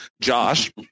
Josh